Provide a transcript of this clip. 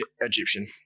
Egyptian